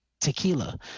tequila